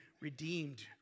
redeemed